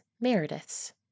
Meredith's